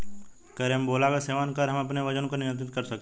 carambola का सेवन कर हम अपने वजन को नियंत्रित कर सकते हैं